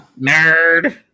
Nerd